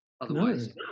otherwise